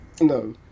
no